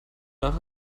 nach